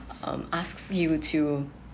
um asks you to